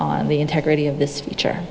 on the integrity of this feature